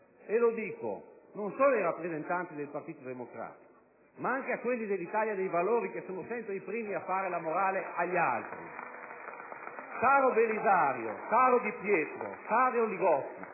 E lo dico non solo ai rappresentanti del Partito Democratico, ma anche a quelli dell'Italia dei Valori, che sono sempre i primi a fare la morale agli altri. *(Applausi dai Gruppi* *LNP e PdL)*.